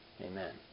Amen